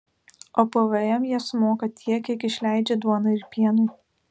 o pvm jie sumoka tiek kiek išleidžia duonai ir pienui